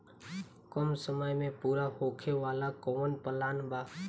कम समय में पूरा होखे वाला कवन प्लान बा?